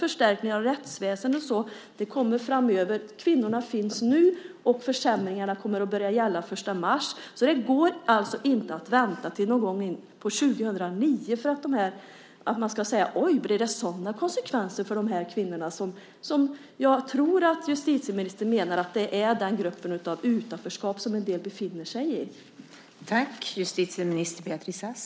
Förstärkningar av rättsväsendet och sådant kommer kanske framöver, men kvinnorna finns nu och försämringarna kommer att börja gälla den 1 mars. Det går alltså inte att vänta till någon gång in på 2009 för att då säga: Oj, blev det sådana konsekvenser för de här kvinnorna! Jag tror att justitieministern menar att det är en del av den här gruppen som befinner sig utanförskap.